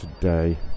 today